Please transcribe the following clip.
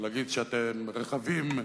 ולהגיד שאתם רחבים,